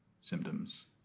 symptoms